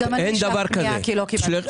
גם אני שלחתי פנייה ולא קיבלתי תשובה.